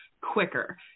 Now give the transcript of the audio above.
quicker